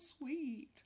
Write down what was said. sweet